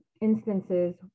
instances